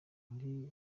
muri